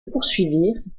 poursuivirent